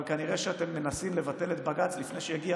אבל כנראה שאתם מנסים לבטל את בג"ץ לפני שיגיע